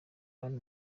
hano